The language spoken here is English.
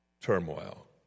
turmoil